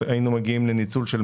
היינו מגיעים לניצול של